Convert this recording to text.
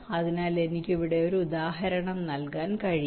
അതിനാൽ എനിക്ക് ഇവിടെ ഒരു ഉദാഹരണം നൽകാൻ കഴിയും